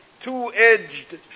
two-edged